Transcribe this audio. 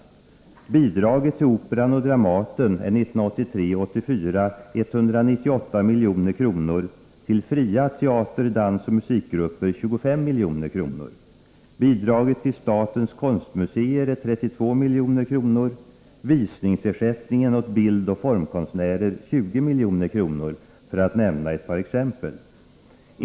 Bidraget till Operan och Dramaten budgetåret 1983/84 är 198 milj.kr., till fria teater-, dansoch musikgrupper 25 milj.kr. Bidraget till statens konstmuseer är 32 milj.kr. och visningsersättningen åt bildoch formkonstnärer 20 milj.kr., för att nämna ett par exempel.